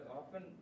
often